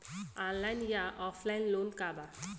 Online या offline loan का बा?